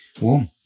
Warm